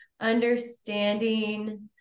understanding